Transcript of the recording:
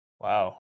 Wow